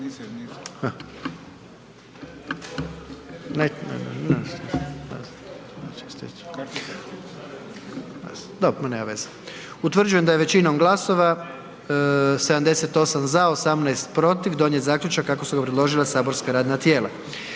Utvrđujem da je većinom glasova, 95 za i 3 protiv donijet zaključak kako ga je preložilo matično saborsko radno tijelo.